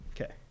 Okay